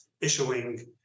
issuing